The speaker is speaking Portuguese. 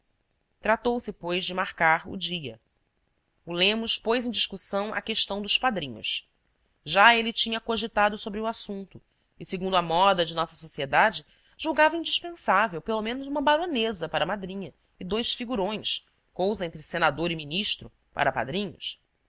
tratou se pois de marcar o dia o lemos pôs em discussão a questão dos padrinhos já ele tinha cogitado sobre o assunto e segundo a moda de nossa sociedade julgava indispensável pelo menos uma baronesa para madrinha e dois figurões cousa entre senador e ministro para padrinhos